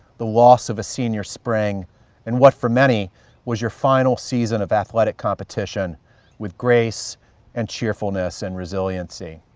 the loss of a senior spring and what for many was your final season of athletic competition with grace and cheerfulness and resiliency.